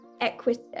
equity